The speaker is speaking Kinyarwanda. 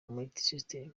multisystem